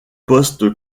poste